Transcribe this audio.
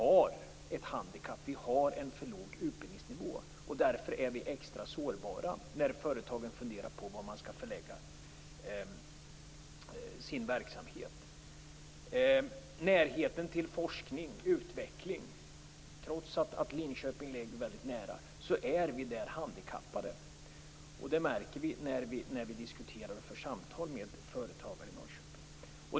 Där finns ett handikapp med en för låg utbildningsnivå. Därför är Norrköping extra sårbart när företagen skall fundera på var verksamheten skall förläggas. Trots att Linköping ligger nära med forskning och utveckling råder det ett handikapp i Norrköping. Det märks vid diskussioner och samtal med företagare i Norrköping.